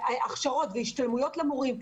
הכשרות והשתלמויות למורים,